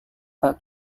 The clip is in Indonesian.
pak